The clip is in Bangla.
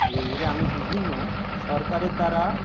ধীরে ধীরে আমি বিভিন্ন সরকারের দ্বারা